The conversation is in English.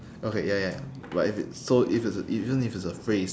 okay ya ya but if it's so if it's a even if it's a phrase